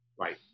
Right